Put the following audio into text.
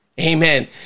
Amen